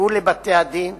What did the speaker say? הובאו לבתי-הדין